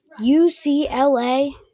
UCLA